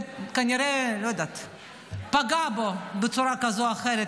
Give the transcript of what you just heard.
זה כנראה פגע בו בצורה כזאת או אחרת.